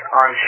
on